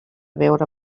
veure